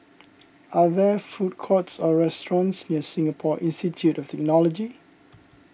are there food courts or restaurants near Singapore Institute of Technology